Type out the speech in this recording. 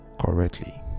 correctly